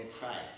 Christ